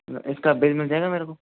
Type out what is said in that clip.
मतलब extra bag मिल जाएगा मेरे को